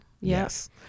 yes